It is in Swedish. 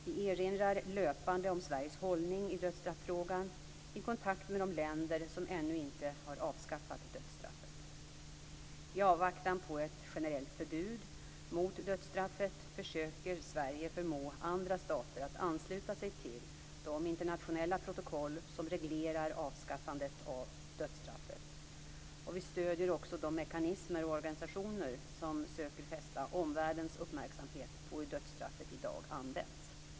Vi erinrar löpande om Sveriges hållning i dödsstraffrågan i kontakter med de länder som ännu inte har avskaffat dödsstraffet. I avvaktan på ett generellt förbud mot dödsstraffet försöker Sverige förmå andra stater att ansluta sig till de internationella protokoll som reglerar avskaffandet av dödsstraffet, och vi stöder också de mekanismer och organisationer som söker fästa omvärldens uppmärksamhet på hur dödsstraffet i dag används.